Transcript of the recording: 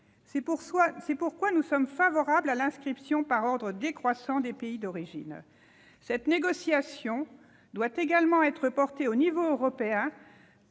C'est pourquoi nous sommes favorables à l'inscription par ordre décroissant des pays d'origine. Cette négociation doit également être portée à l'échelon européen